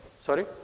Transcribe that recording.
Sorry